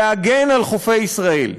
להגן על חופי ישראל.